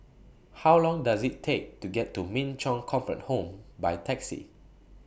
How Long Does IT Take to get to Min Chong Comfort Home By Taxi